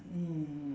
mm